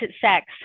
sex